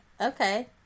okay